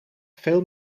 veel